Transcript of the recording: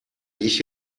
ich